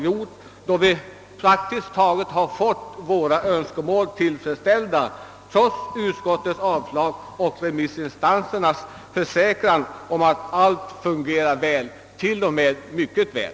Vi har praktiskt taget fått våra önskemål uppfyllda trots utskottets avstyrkande, och jag kan notera remissinstansernas försäkran om att allt fungerar väl, t.o.m. mycket väl.